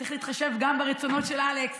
צריך להתחשב גם ברצונות של אלכס,